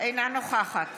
אינה נוכחת